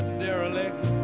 derelict